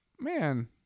Man